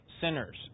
sinners